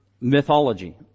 mythology